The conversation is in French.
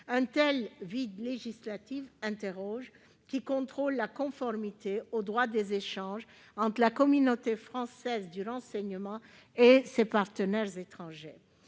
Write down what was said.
Un tel vide législatif interroge. Qui contrôle la conformité au droit des échanges entre la communauté française du renseignement et ses partenaires étrangers